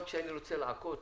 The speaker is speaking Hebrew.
גם כשאני רוצה לעקוץ,